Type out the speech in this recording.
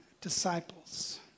disciples